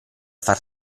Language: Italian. far